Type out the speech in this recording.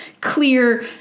clear